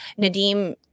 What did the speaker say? Nadim